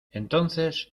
entonces